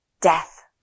death